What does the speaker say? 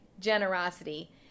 generosity